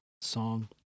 song